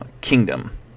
kingdom